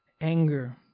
anger